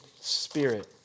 Spirit